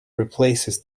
replaces